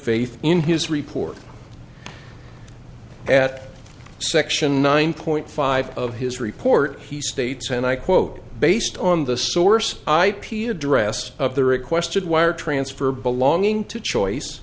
faith in his report at section nine point five of his report he states and i quote based on the source ip address of the requested wire transfer belonging to choice